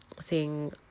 seeing